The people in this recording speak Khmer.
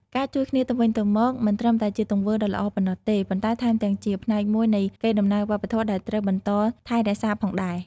ការជួយគ្នាទៅវិញទៅមកមិនត្រឹមតែជាទង្វើដ៏ល្អប៉ុណ្ណោះទេ ប៉ុន្តែថែមទាំងជាផ្នែកមួយនៃកេរដំណែលវប្បធម៌ដែលត្រូវបន្តថែរក្សាផងដែរ។